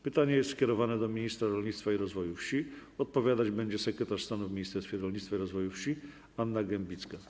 Pytanie jest skierowane do ministra rolnictwa i rozwoju wsi, a odpowiadać będzie sekretarz stanu w Ministerstwie Rolnictwa i Rozwoju Wsi Anna Gembicka.